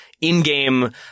in-game